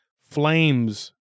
flames